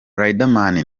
riderman